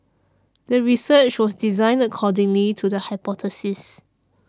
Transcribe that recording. the research was designed according to the hypothesis